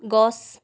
গছ